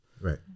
Right